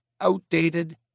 outdated